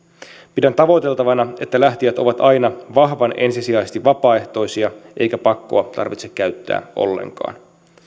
pidän tavoiteltavana että lähtijät ovat aina vahvan ensisijaisesti vapaaehtoisia eikä pakkoa tarvitse käyttää ollenkaan